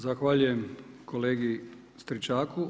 Zahvaljujem kolegi Stričaku.